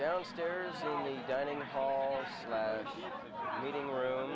downstairs dining hall meeting room